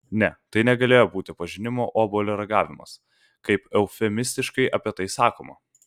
ne tai negalėjo būti pažinimo obuolio ragavimas kaip eufemistiškai apie tai sakoma